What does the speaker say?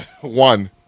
One